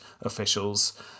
officials